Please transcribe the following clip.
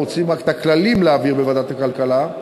אנחנו רוצים רק את הכללים להעביר בוועדת הכלכלה,